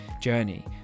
journey